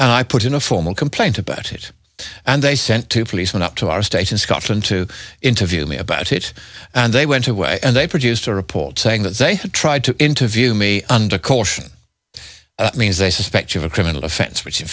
and i put in a formal complaint about it and they sent two policemen up to our state in scotland to interview me about it and they went away and they produced a report saying that they tried to interview me under caution means they suspect of a criminal offense which in